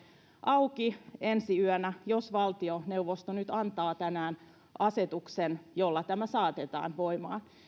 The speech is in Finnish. auki ensi yönä jos valtioneuvosto nyt antaa tänään asetuksen jolla tämä saatetaan voimaan